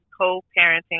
co-parenting